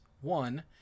one